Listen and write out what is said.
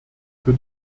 für